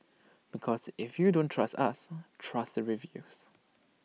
because if you don't trust us trust the reviews